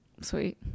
Sweet